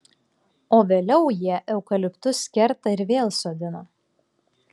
o vėliau jie eukaliptus kerta ir vėl sodina